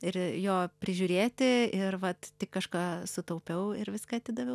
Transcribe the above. ir jo prižiūrėti ir vat tik kažką sutaupiau ir viską atidaviau